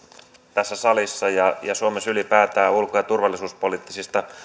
tässä salissa ja ylipäätään suomessa ulko ja turvallisuuspoliittisista